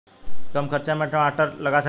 कम खर्च में टमाटर लगा सकीला?